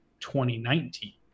2019